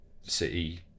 City